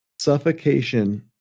Suffocation